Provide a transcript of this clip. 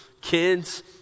kids